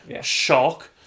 Shock